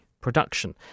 Production